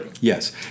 Yes